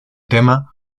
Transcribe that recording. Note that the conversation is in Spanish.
tema